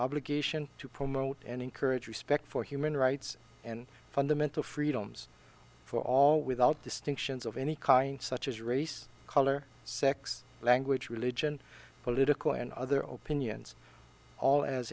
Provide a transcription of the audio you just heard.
obligation to promote and encourage respect for human rights and fundamental freedoms for all without distinctions of any kind such as race color sex language religion political and other open yes all as